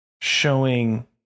showing